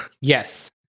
Yes